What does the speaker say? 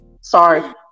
Sorry